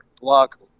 block